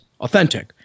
authentic